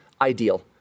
ideal